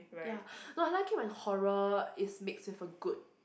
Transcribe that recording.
ya no I like it when horror is mixed with a good